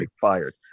fired